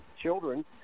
children